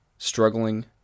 Struggling